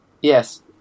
Yes